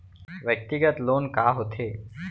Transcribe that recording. व्यक्तिगत लोन का होथे?